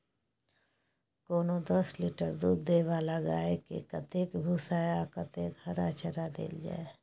कोनो दस लीटर दूध दै वाला गाय के कतेक भूसा आ कतेक हरा चारा देल जाय?